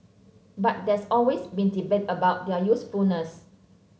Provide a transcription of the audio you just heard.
but there's always been debate about their usefulness